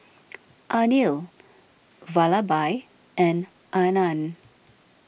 Anil Vallabhbhai and Anand